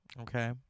okay